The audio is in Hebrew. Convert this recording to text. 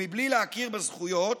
ומבלי להכיר בזכויות,